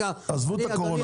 עזבו את הקורונה רגע.